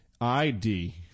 ID